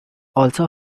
also